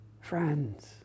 Friends